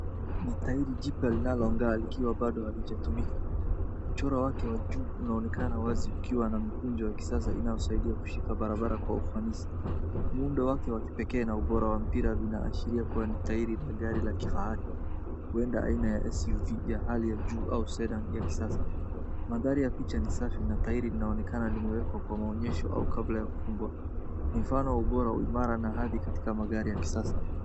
Ni tairi jipya linalongaa likiwa bado halijatumika mchoro wake wa juu unaonekana wazi ukiwa na mkunjo wa kisasa inayosaidia kushika barabara kwa ufanisi. Muudo wake wa kipekee na ubora mpira inashiria kuwa ni tairi la gari la kifahari uenda aina ya SUV ya hali ya juu au sedum ya kisasa madhari ya picha ni safi na tairi linaonekana limewekwa kwa maonyesho au kabla ya kufungua mfano ni bora na haki katika magari ya kisasa.